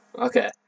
Okay